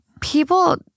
People